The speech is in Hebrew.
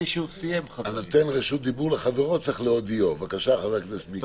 חבר הכנסת מיקי.